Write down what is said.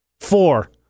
Four